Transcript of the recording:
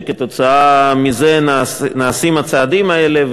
שכתוצאה מזה נעשים הצעדים האלה,